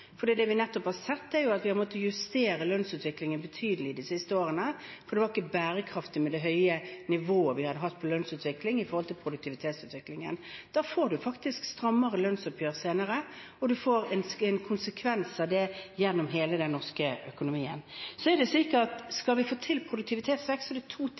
Det vi nettopp har sett, er at vi har måttet justere lønnsutviklingen betydelig de siste årene, for det var ikke bærekraftig med det høye nivået vi hadde hatt i lønnsutviklingen i forhold til produktivitetsutviklingen. Da får man faktisk strammere lønnsoppgjør senere, og man får en konsekvens av det gjennom hele den norske økonomien. Skal vi få til produktivitetsvekst, er det to ting